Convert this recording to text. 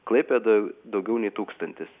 klaipėdoj daugiau nei tūkstantis